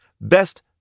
best